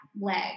leg